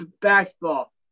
basketball